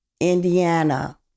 Indiana